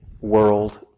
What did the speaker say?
world